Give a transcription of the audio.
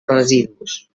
residus